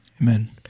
Amen